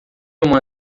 uma